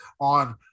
on